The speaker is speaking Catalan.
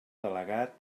delegat